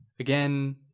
Again